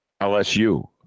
LSU